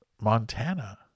Montana